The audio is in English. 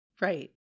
Right